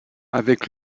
avec